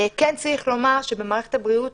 כן צריך לומר שבמערכת הבריאות